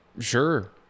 Sure